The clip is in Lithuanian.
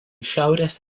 šiaurės